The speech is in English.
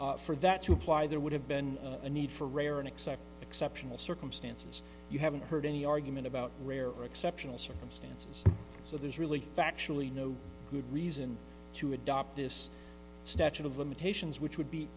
but for that to apply there would have been a need for rare and except exceptional circumstances you haven't heard any argument about rare or exceptional circumstances so there's really factually no good reason to adopt this statute of limitations which would be